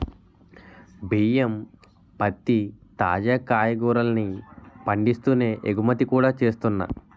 బియ్యం, పత్తి, తాజా కాయగూరల్ని పండిస్తూనే ఎగుమతి కూడా చేస్తున్నా